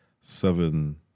seven